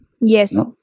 Yes